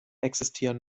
existieren